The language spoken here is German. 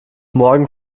morgen